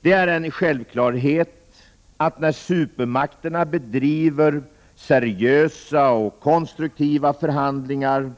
Det är en självklarhet att när supermakterna bedriver seriösa och konstruktiva förhandlingar